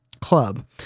club